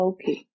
Okay